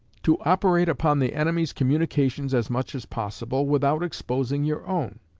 to operate upon the enemy's communications as much as possible, without exposing your own.